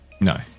No